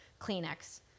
Kleenex